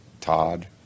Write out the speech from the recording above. Todd